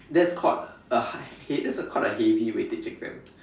that's called a high hea~ that's called the heavy weightage exam